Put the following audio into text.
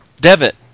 Devitt